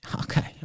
Okay